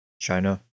China